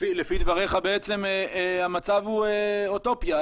לפי דבריך בעצם המצב הוא אוטופיה,